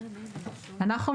אנחנו,